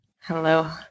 hello